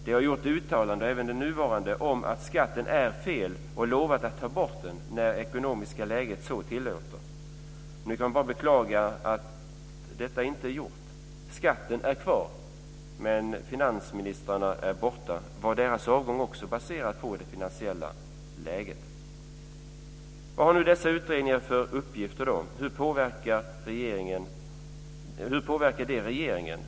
De har gjort uttalanden, även den nuvarande, om att skatten är fel och lovat att ta bort den när det ekonomiska läget så tillåter. Vi kan bara beklaga att detta inte är gjort. Skatten är kvar men finansministrarna är borta. Var deras avgångar också baserade på det finansiella läget? Vad har nu dessa utredningar för uppgifter? Hur påverkar de regeringen?